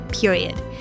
period